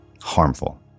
harmful